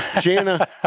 Jana